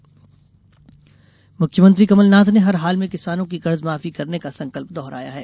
फसल ऋण माफी योजना मुख्यमंत्री कमलनाथ ने हर हाल में किसानों की कर्ज माफी करने का संकल्प दोहराया है